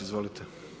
Izvolite.